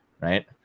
Right